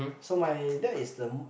so my dad is the